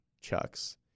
chucks